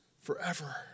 forever